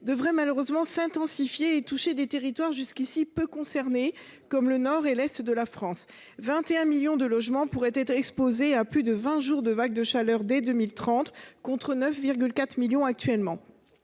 devraient malheureusement s’intensifier et toucher des territoires jusqu’à présent peu concernés, comme le nord et l’est de la France. Ainsi, 21 millions de logements pourraient être exposés à plus de vingt jours de vague de chaleur dès 2030, contre 9,4 millions actuellement.